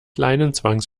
leinenzwangs